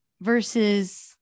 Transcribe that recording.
versus